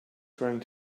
trying